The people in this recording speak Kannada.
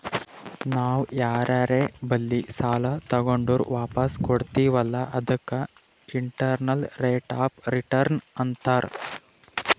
ನಾವ್ ಯಾರರೆ ಬಲ್ಲಿ ಸಾಲಾ ತಗೊಂಡುರ್ ವಾಪಸ್ ಕೊಡ್ತಿವ್ ಅಲ್ಲಾ ಅದಕ್ಕ ಇಂಟರ್ನಲ್ ರೇಟ್ ಆಫ್ ರಿಟರ್ನ್ ಅಂತಾರ್